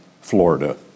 Florida